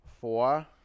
four